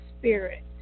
spirit